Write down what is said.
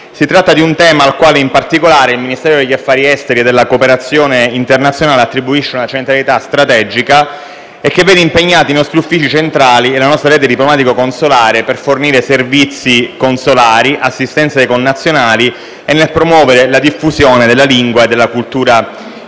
Si tratta di un tema al quale in particolare Ministero degli affari esteri e della cooperazione internazionale attribuisce una centralità strategica, e che vede impegnati i nostri uffici centrali e la nostra rete diplomatico-consolare per fornire servizi consolari, assistenza ai connazionali e nel promuovere la diffusione della lingua e della cultura italiane.